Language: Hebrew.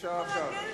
אי-אפשר עכשיו.